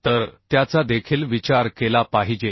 तर त्याचा देखील विचार केला पाहिजे